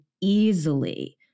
easily